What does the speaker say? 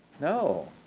No